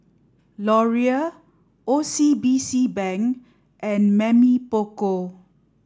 Laurier O C B C Bank and Mamy Poko